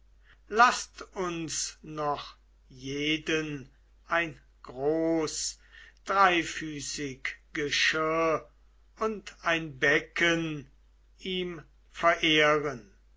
laßt uns noch jeden ein groß dreifüßig geschirr und ein becken ihm verehren